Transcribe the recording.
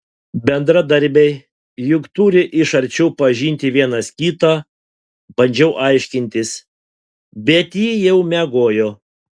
bendradarbiai juk turi iš arčiau pažinti vienas kitą bandžiau aiškintis bet ji jau miegojo